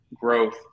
growth